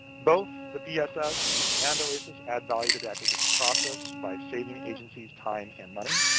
both the pss and oasis add value to the acquisition process by saving agencies time and money.